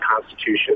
Constitution